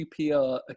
QPR